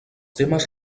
temes